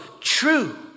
true